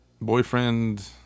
boyfriend